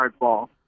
hardball